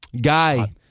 Guy